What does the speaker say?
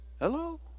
Hello